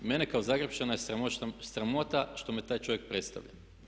Mene kao Zagrepčana je sramota što me taj čovjek predstavlja.